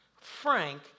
Frank